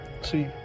See